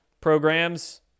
programs